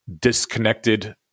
disconnected